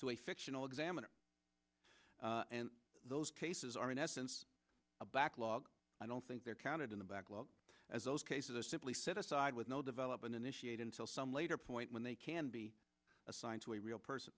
a fictional examiner and those cases are in essence a backlog i don't think they're counted in the backlog as those cases are simply set aside with no development initiate until some later point when they can be assigned to a real person